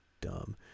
dumb